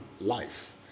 life